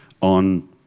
on